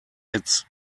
it’s